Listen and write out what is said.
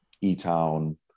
E-Town